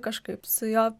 kažkaip su juo